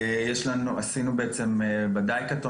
עשינו Hackathon,